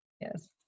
yes